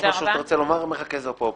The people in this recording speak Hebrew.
יש משהו שאתה רוצה לומר, מרכז האופוזיציה?